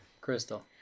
Crystal